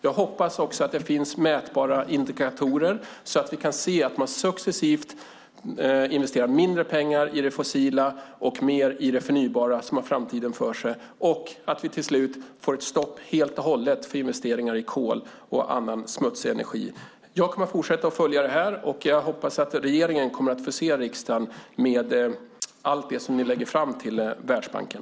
Jag hoppas också att det finns mätbara indikatorer så att vi kan se att man successivt investerar mindre pengar i det fossila och mer i det förnybara som har framtiden för sig och att vi till slut får ett stopp helt och hållet för investeringar i kol och annan smutsig energi. Jag kommer att fortsätta att följa detta, och jag hoppas att regeringen kommer att förse riksdagen med allt det som ni lägger fram till Världsbanken.